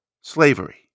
slavery